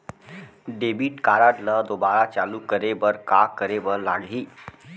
Debit card ला दोबारा चालू करे बर का करे बर लागही?